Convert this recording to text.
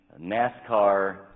NASCAR